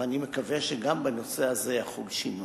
ואני מקווה שגם בנושא הזה יחול שינוי.